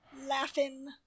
Laughing